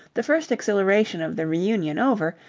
the first exhilaration of the reunion over,